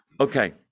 Okay